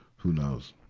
who knows.